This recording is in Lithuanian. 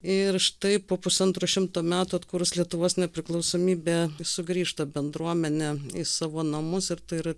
ir štai po pusantro šimto metų atkūrus lietuvos nepriklausomybę sugrįžta bendruomenė į savo namus ir tai yra